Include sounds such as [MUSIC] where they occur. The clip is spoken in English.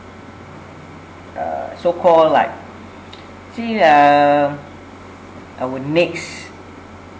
uh so called like [NOISE] see um our next